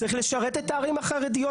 צריך לשרת את הערים החרדיות,